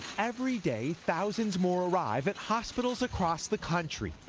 every day thousands more arrive at hospitals across the country.